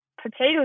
Potatoes